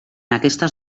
aquestes